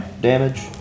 damage